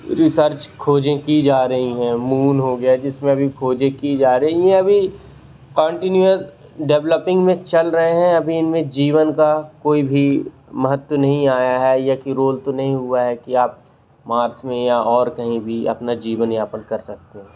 research खोजें की जा रही हैं मून हो गया जिसमें अभी खोजे की जा रही हैं अभी कंटीन्यूअस डेवलपिंग में चल रहे हैं अभी इनमें जीवन का कोई भी महत्व नहीं आया है या कि रोल तो नहीं हुआ है कि आप मार्स में या और कहीं भी अपना जीवन यापन कर सकते हैं